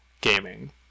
gaming